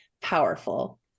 powerful